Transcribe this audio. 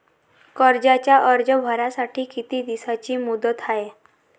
कर्जाचा अर्ज भरासाठी किती दिसाची मुदत हाय?